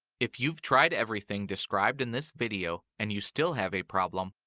if you've tried everything described in this video and you still have a problem,